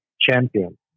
champion